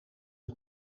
een